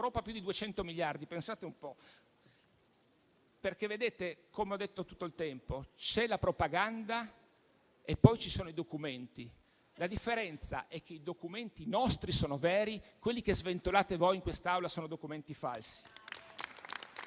più di 200 miliardi. Pensate un po'. Come ho detto tutto il tempo, c'è la propaganda e poi ci sono i documenti. La differenza è che i nostri documenti sono veri, mentre quelli che sventolate voi in quest'Aula sono documenti falsi.